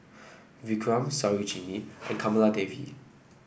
Vikram Sarojini and Kamaladevi